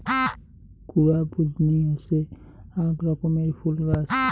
কুরা বুদনি হসে আক রকমের ফুল গাছ